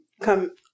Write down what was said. come